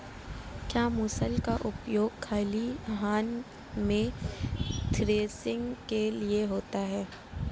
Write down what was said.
क्या मूसल का उपयोग खलिहान में थ्रेसिंग के लिए होता है?